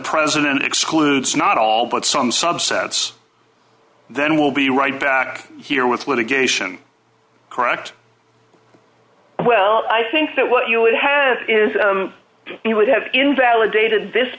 president excludes not all but some subsets then we'll be right back here with litigation correct well i think that what you would have is you would have invalidated this